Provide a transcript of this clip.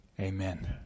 Amen